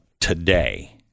today